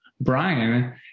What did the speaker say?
Brian